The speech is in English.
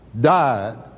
died